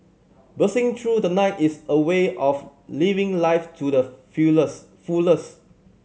bursting through the night is a way of living life to the fullest